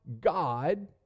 God